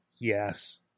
Yes